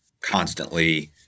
constantly